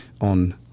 on